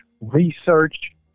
research